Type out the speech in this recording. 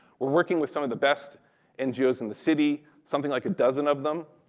we're working with some of the best ngos in the city, something like a dozen of them,